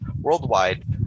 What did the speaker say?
worldwide